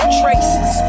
traces